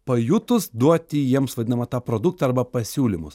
pajutus duoti jiems vadinamą tą produktą arba pasiūlymus